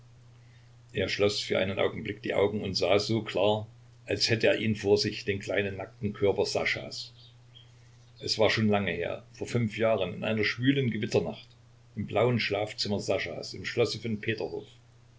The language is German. er schloß für einen augenblick die augen und sah so klar als hätte er ihn vor sich den kleinen nackten körper saschas es war schon lange her vor fünf jahren in einer schwülen gewitternacht im blauen schlafzimmer saschas im schlosse von peterhof